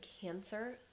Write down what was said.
Cancer